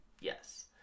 Yes